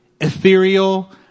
ethereal